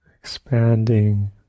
Expanding